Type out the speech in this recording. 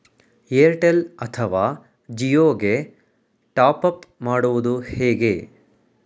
Airtel ಅಥವಾ ಜಿಯೊ ಗೆ top up ಮಾಡುವುದು ಹೇಗೆ?